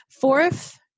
fourth